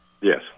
Yes